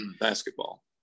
basketball